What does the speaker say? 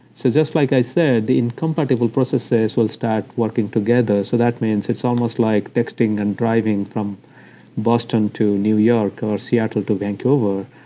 so just like i said, the incompatible processes will start working together. so that means, it's almost like texting and driving from boston to new york, or seattle to vancouver.